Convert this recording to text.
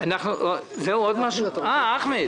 חבר הכנסת אחמד